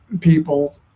people